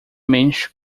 mente